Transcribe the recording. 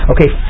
Okay